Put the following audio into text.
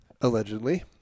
allegedly